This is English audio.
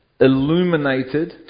illuminated